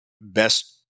best